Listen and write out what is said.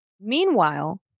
Meanwhile